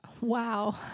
Wow